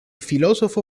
filósofo